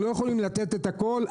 אנחנו לא יכולים לתת את הכול.